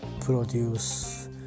produce